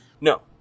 No